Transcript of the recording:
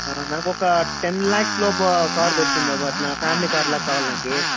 నాకొక టెన్ ల్యాక్స్ లోపు కార్ దొరుకుతుందా అలా ఫ్యామిలీ కార్లా కావాలి నాకు